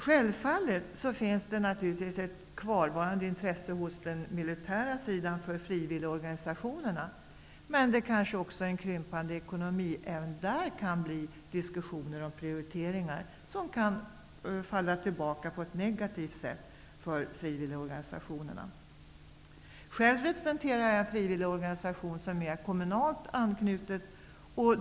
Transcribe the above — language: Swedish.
Självfallet finns det på den militära sidan fortfarande ett intresse för frivilligorganisationerna. Men en krympande ekonomi även där kan resultera i diskussioner om prioriteringar som kan få negativa följder för frivilligorganisationerna. Själv representerar jag en frivilligorganisation som är knuten till kommunen.